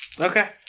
Okay